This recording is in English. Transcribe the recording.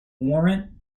warrant